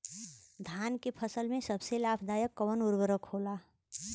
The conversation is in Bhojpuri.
धान के फसल में सबसे लाभ दायक कवन उर्वरक होला?